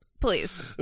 Please